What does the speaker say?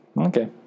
Okay